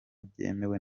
byemewe